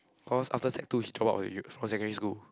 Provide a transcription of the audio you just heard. cause after sec two he drop out of the u~ from secondary school